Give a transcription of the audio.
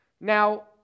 Now